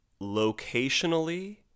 locationally